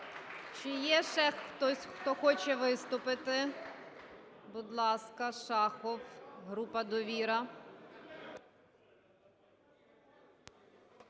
Чи є ще хтось, хто хоче виступити? Будь ласка, Шахов, група "Довіра".